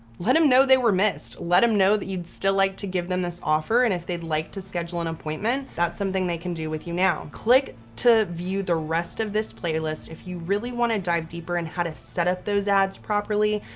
let them know they were missed. let them know that you'd still like to give them this offer and if they'd like to schedule an appointment, that's something they can do with you now. click to view the rest of this playlist if you really wanna dive deeper in how to set up those ads properly,